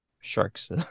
Sharks